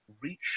reach